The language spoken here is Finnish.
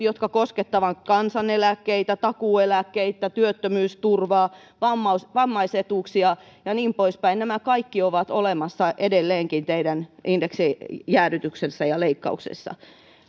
jotka koskettavat kansaneläkkeitä takuueläkkeitä työttömyysturvaa vammais vammais etuuksia ja niin poispäin nämä kaikki ovat olemassa edelleenkin teidän indeksijäädytyksessä ja leikkauksessa